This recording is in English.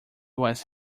was